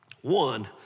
One